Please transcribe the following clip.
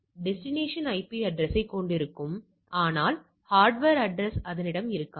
அதேசமயம் destination IP அட்ரஸ்யைக் கொண்டிருக்கும் ஆனால் ஹார்ட்வேர் அட்ரஸ் அதனிடம் இருக்காது